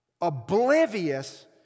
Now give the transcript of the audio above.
oblivious